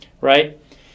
right